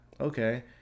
Okay